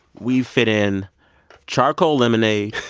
we've fit in charcoal lemonade,